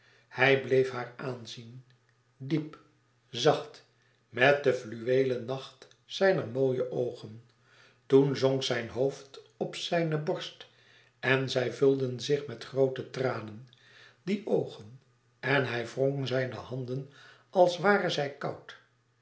hij bleef haar aanzien diep zacht met den fluweelen nacht zijner mooie oogen toen zonk zijn hoofd op zijne borst en zij vulden zich met groote tranen die oogen en hij wrong zijne handen als waren zij koud